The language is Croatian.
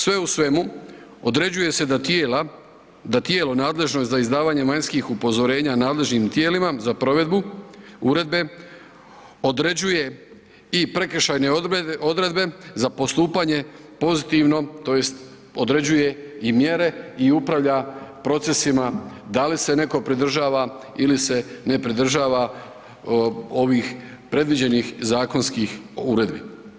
Sve u svemu određuje se da tijela, da tijelo nadležno za izdavanje vanjskih upozorenja nadležnim tijelima za provedbu uredbe određuje i prekršajne odredbe za postupanje pozitivnom, tj. određuje i mjere i upravlja procesima da li se netko pridržava ili se ne pridržava ovih predviđenih zakonskih uredbi.